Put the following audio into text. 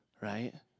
right